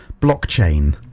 blockchain